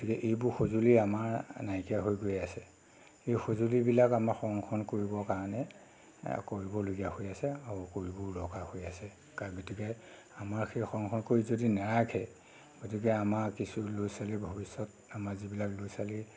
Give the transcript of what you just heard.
গতিকে এইবোৰ সঁজুলি আমাৰ নাইকিয়া হৈ গৈ আছে এই সঁজুলিবিলাক আমাৰ সংৰক্ষণ কৰিবৰ কাৰণে কৰিবলগীয়া হৈ আছে আৰু কৰিবৰো দৰকাৰ হৈ আছে গতিকে আমাৰ সেই সংৰক্ষণ কৰি যদি নাৰাখে গতিকে আমাৰ কিছু ল'ৰা ছোৱালীৰ ভৱিষ্যত আমাৰ যিবিলাক ল'ৰা ছোৱালী